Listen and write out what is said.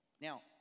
Now